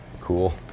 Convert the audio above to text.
Cool